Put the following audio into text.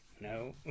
No